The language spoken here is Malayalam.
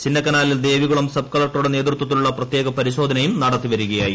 ചിന്നക്കനാലിൽ ദേവികുളം സബ്കളകൂറുടെ നേതൃത്വത്തിലുള്ള പ്രത്യേക പരിശോധനിയും നടത്തിവരികയായിരുന്നു